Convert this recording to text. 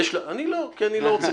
אני לא, כי אני לא רוצה.